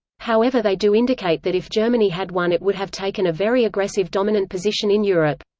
however they do indicate that if germany had won it would have taken a very aggressive dominant position in europe.